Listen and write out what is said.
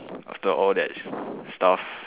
after all that stuff